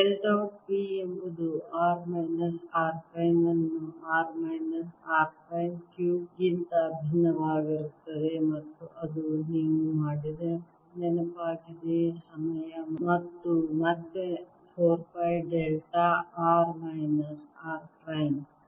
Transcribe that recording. del dot B ಎಂಬುದು r minus r prime ಅನ್ನು r minus r prime ಕ್ಯೂಬ್ಗಿಂತ ಭಿನ್ನವಾಗಿರುತ್ತದೆ ಮತ್ತು ಅದು ನೀವು ಮಾಡಿದ ನೆನಪಾಗಿದೆ ಸಮಯ ಮತ್ತು ಮತ್ತೆ 4 pi delta r minus r prime